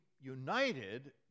united